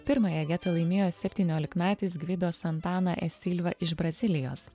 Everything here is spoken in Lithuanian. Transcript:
pirmąją vietą laimėjo septyniolikmetis gvido santana e silva iš brazilijos